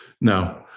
no